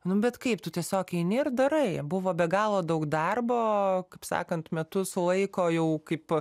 nu bet kaip tu tiesiog eini ir darai buvo be galo daug darbo kaip sakant metus laiko jau kaip